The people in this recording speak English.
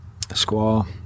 Squaw